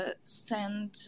send